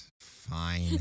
Fine